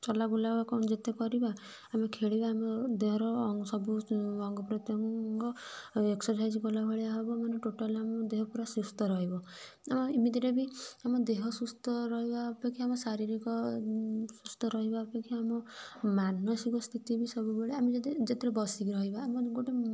ଚଲା ବୁଲା କଣ ଯେତେ କରିବା ଆମେ ଖେଳିବା ଆମ ଦେହର ସବୁ ଅଙ୍ଗ ପ୍ରତ୍ୟଙ୍ଗ ଏକ୍ସରସାଇଜ୍ କଲା ଭଳିଆ ହେବ ମାନେ ଟୋଟାଲ୍ ଆମ ଦେହ ପୁରା ସୁସ୍ଥ ରହିବ ଆମ ଏମିତିରେ ବି ଆମ ଦେହ ସୁସ୍ଥ ରହିବା ଅପେକ୍ଷା ଆମ ଶାରୀରିକ ସୁସ୍ଥ ରହିବା ଅପେକ୍ଷା ଆମ ମାନସିକ ସ୍ଥିତି ବି ସବୁବେଳେ ଆମେ ଯଦି ଯେତେଳେ ବସିକି ରହିବା ଆମ ଗୋଟେ